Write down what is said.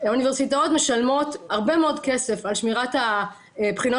האוניברסיטאות משלמות הרבה מאוד כסף על שמירת הבחינות